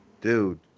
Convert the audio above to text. Dude